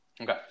Okay